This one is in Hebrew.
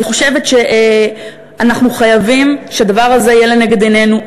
אני חושבת שאנחנו חייבים שהדבר הזה יהיה לנגד עינינו.